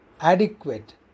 adequate